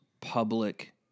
public